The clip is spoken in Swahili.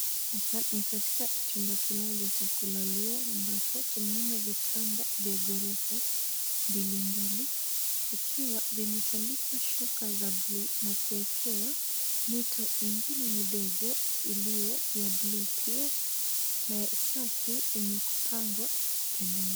Hapa ni katika chumba kimoja cha kulalia ambapo tunaona vitanda vya ghorofa mbili mbili vikiwa vimetandikwa shuka za bluu na kuwekewa mito mingine midogo iliyo ya bluu pia na safi yenye kupangwa na kupendeza.